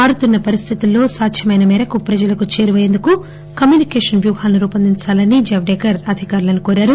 మారుతున్న పరిస్దితుల్లో సాధ్యమైన మేరకు ప్రజలకు చేరువయ్యేందుకు కమ్యునికేషన్ వ్యూహాలను రూపొందించాలని జవదేకర్ అధికారులను కోరారు